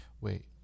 Wait